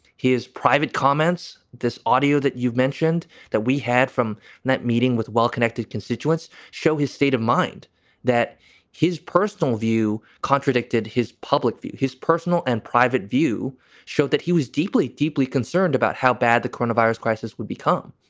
his private comments, this audio that you've mentioned that we had from that meeting with well-connected constituents show his state of mind that his personal view contradicted his public view. his personal and private view showed that he was deeply, deeply concerned about how bad the coronavirus crisis would become.